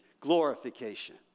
glorification